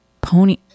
pony